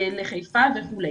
לחיפה וכו'.